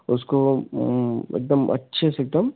उसको एक दम अच्छे से एक दम